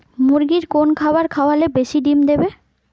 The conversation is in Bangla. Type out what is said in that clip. মুরগির কোন খাবার খাওয়ালে বেশি ডিম দেবে?